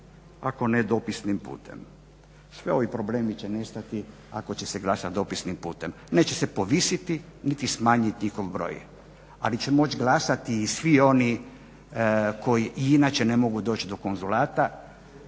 ako ne dopisnim putem. Svi ovi problemi će nestati ako će se glasat dopisnim putem. Neće se povisiti niti smanjit njihov broj, ali će moći glasati i svi oni koji inače ne mogu doći do konzulata